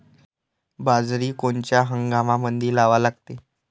बाजरी कोनच्या हंगामामंदी लावा लागते?